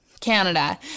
Canada